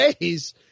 days